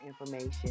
information